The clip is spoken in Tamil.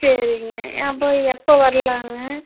சரிங்க அப்போ எப்போ வரலாங்க